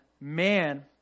man